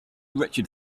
wretched